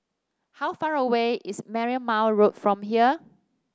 how far away is Marymount Road from here